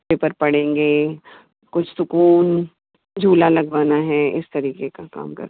paper पढ़ेंगे कुछ सुकून झूला लगवाना है इस तरीक़े का काम करवाना है